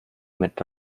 mit